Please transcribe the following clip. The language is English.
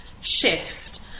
shift